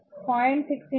కాబట్టి ఇది 0